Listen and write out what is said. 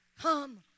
come